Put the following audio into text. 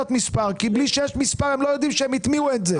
מספר כי בלי שיש מספר הם לא יודעים שהם הטמיעו את זה.